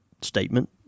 statement